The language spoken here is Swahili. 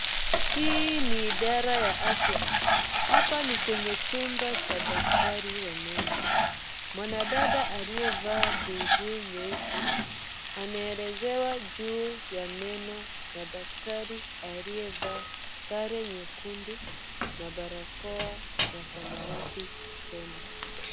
Hii ni idara ya afya. Hapa ni kwenye chumba cha daktari wa meno. Mwanadada aliyevaa buibui nyeusi anaelezewa juu ya meno na daktari aliyevaa sare nyekundu na barakoa ya samawati usoni.